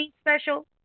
special